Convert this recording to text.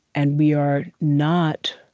and we are not